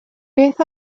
beth